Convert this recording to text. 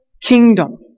kingdom